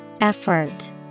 Effort